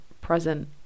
present